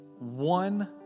One